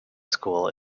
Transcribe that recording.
school